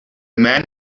man